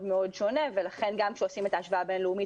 מאוד שונה ולכן גם כשעושים את ההשוואה הבינלאומית